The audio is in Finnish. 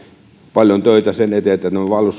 paljon töitä sen eteen että